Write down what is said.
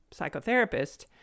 psychotherapist